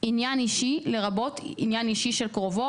"עניין אישי" לרבות עניין אישי של קרובו